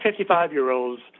55-year-olds